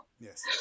Yes